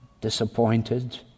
disappointed